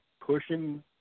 pushing